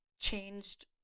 changed